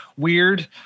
weird